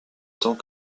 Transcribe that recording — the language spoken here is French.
temps